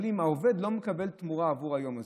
העובד לא מקבל תמורה עבור היום הזה,